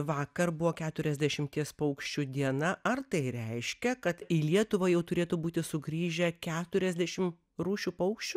vakar buvo keturiasdešimties paukščių diena ar tai reiškia kad į lietuvą jau turėtų būti sugrįžę keturiasdešimt rūšių paukščių